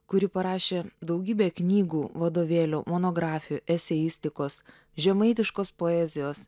kuri parašė daugybę knygų vadovėlių monografijų eseistikos žemaitiškos poezijos